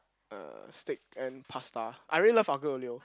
er steak and pasta I really love aglio-olio